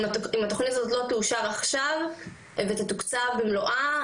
אם התוכנית הזאת לא תאושר עכשיו ותתוקצב במלואה,